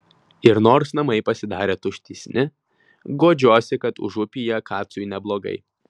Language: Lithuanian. ir nors namai pasidarė tuštesni guodžiuosi kad užupyje kacui neblogai